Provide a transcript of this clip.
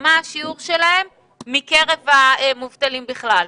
מה השיעור שלהם בקרב המובטלים בכלל.